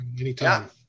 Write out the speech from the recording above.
Anytime